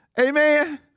Amen